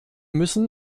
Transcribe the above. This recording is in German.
müssen